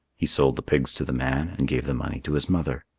he sold the pigs to the man and gave the money to his mother.